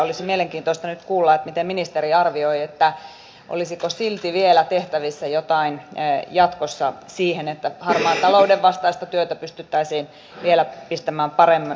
olisi mielenkiintoista nyt kuulla miten ministeri arvioi olisiko silti vielä tehtävissä jotain jatkossa siihen että harmaan talouden vastaista työtä pystyttäisiin vielä pistämään paremmin kuntoon